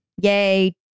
Yay